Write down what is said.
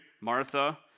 Martha